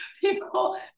people